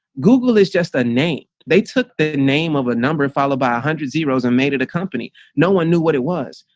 google is just a name. they took the name of a number followed by one hundred zeros and made it a company. no one knew what it was.